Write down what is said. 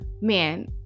man